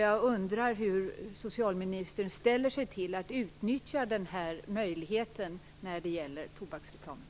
Jag undrar hur socialministern ställer sig till att utnyttja den här möjligheten när det gäller tobaksreklamen?